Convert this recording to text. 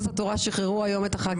התורה שחררו היום את הח"כיות שלהם.